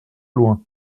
loin